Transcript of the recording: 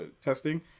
testing